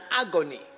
agony